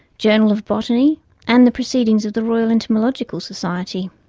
journal of botany and the proceedings of the royal entomological society.